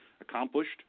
accomplished